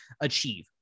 achieve